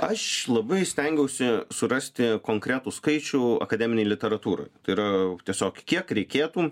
aš labai stengiausi surasti konkretų skaičių akademinėj literatūroj tai yra tiesiog kiek reikėtų